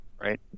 Right